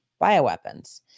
bioweapons